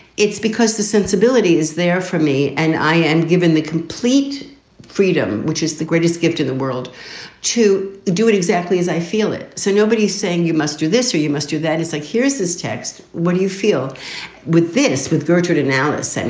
it's because the sensibility is there for me and i am given the complete freedom, which is the greatest gift in the world to do it exactly as i feel it. so nobody's saying you must do this or you must do that. it's like, here's this text. what do you feel with this? with gertrude and now. i and